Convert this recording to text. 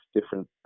different